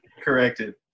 Corrected